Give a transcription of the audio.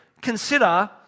consider